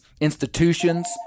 Institutions